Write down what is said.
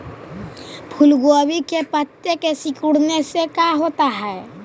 फूल गोभी के पत्ते के सिकुड़ने से का होता है?